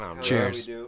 Cheers